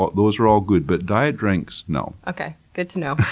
ah those are all good but diet drinks, no. okay. good to know.